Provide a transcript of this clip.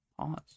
Pause